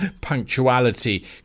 Punctuality